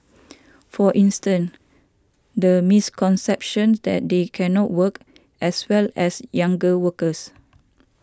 for instance the misconception that they cannot work as well as younger workers